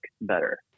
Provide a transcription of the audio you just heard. better